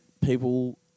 people –